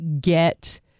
get